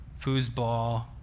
foosball